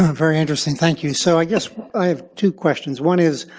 very interesting. thank you. so i guess i have two questions. one is